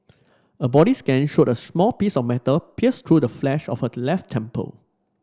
a body scan showed a small piece of metal pierced through the flesh of her left temple